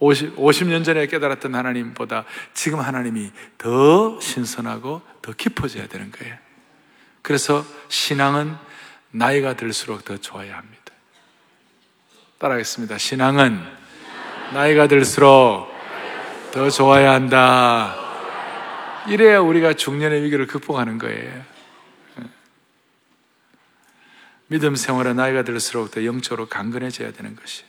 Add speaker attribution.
Speaker 1: 50- 50년 전에 깨달았던 하나님보다 지금 하나님이 더 신선하고 더 깊어져야 되는 거예요. 그래서 신앙은 나이가 들수록 더 좋아야 합니다. 따라하겠습니다. 신앙은 나이가 들수록 더 좋아야 한다. 이래야 우리가 중년의 위기를 극복하는 거예요. 믿음 생활은 나이가 들수록 더 영적으로 강건해져야 되는 것이-